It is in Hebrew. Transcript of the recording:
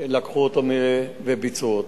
לקחו אותו וביצעו אתו.